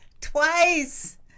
Twice